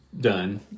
done